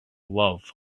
love